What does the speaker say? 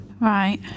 Right